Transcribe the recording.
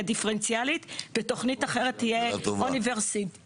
דיפרנציאלית ותוכנית אחרת תהיה אוניברסלית?